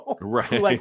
Right